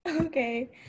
Okay